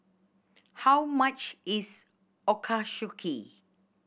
how much is Ochazuke